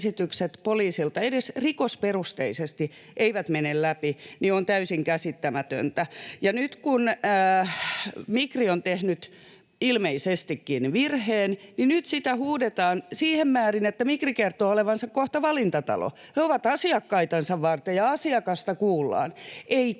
poliisilta edes rikosperusteisesti mene läpi, ja se on täysin käsittämätöntä. Nyt kun Migri on tehnyt ilmeisestikin virheen, niin sitä huudetaan siihen määrin, että Migri kertoo olevansa kohta valintatalo. He ovat asiakkaitansa varten, ja asiakasta kuullaan.